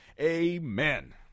Amen